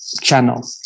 channel